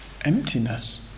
emptiness